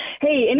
Hey